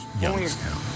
Youngstown